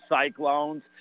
Cyclones